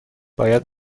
باید